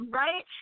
right